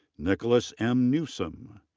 nicholas m. newsome.